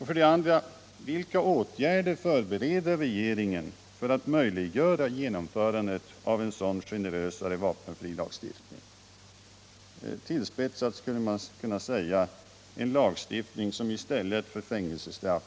För det andra: Vilka åtgärder förbereder regeringen för att möjliggöra genomförandet av en sådan generösare vapenfrilagstiftning som, något tillspetsat sagt, innebär ett erbjudande av vapenfri tjänst i stället för fängelsestraff.